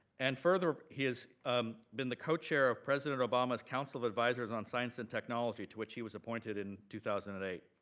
and further, he has um been the co-chair of president obama's council of advisors on science and technology, to which he was appointed in two thousand and eight.